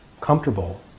comfortable